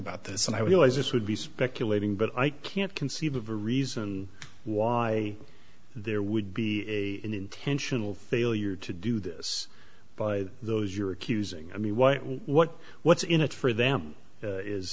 about this and i realize it would be speculating but i can't conceive of a reason why there would be an intentional failure to do this by those you're accusing i mean what what what's in it for them